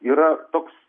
yra toks